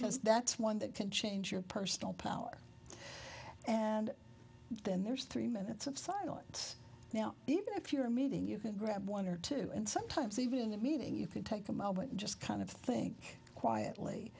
ause that's one that can change your personal power and then there's three minutes of silence now even if you're a meeting you can grab one or two and sometimes even that meaning you can take a moment and just kind of think quietly